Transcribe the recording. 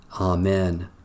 Amen